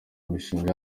mishinga